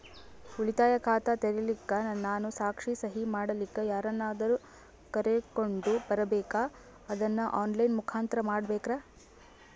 ಉಳಿತಾಯ ಖಾತ ತೆರಿಲಿಕ್ಕಾ ನಾನು ಸಾಕ್ಷಿ, ಸಹಿ ಮಾಡಲಿಕ್ಕ ಯಾರನ್ನಾದರೂ ಕರೋಕೊಂಡ್ ಬರಬೇಕಾ ಅದನ್ನು ಆನ್ ಲೈನ್ ಮುಖಾಂತ್ರ ಮಾಡಬೇಕ್ರಾ?